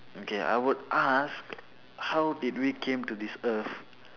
okay I would ask how did we came to this earth